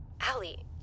Allie